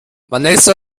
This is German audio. vanessa